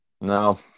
no